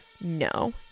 no